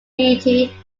beauty